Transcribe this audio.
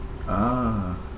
ah